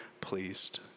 pleased